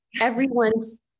everyone's